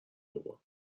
بابا